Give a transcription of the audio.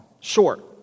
short